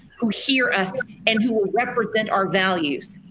who hear us and who will represent our values.